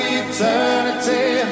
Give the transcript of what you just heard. eternity